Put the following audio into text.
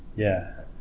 yeah